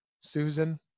Susan